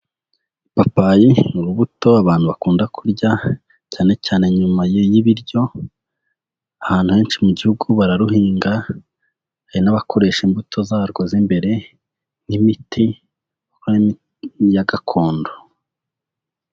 Ipapayi n'urubuto abantu bakunda kurya cyane cyane nyuma y'ibiryo, ahantu henshi mu gihugu bararuhinga hari n'abakoresha imbuto zarwo z'imbere nk'imiti ya gakondo.